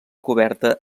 coberta